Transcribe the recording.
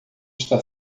está